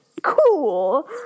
cool